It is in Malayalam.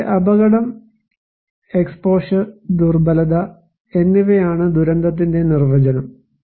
പക്ഷേ അപകടം എക്സ്പോഷർ ദുർബലത എന്നിവയാണ് ദുരന്തത്തിന്റെ നിർവചനം